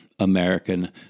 American